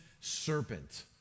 serpent